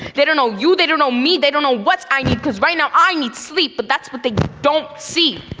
they don't know you, they don't know me, they don't know what i need because right now, i need to sleep but that's what they don't see.